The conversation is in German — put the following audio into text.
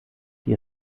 die